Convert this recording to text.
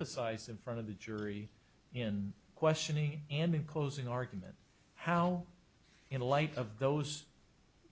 emphasized in front of the jury in questioning and in closing argument how in light of those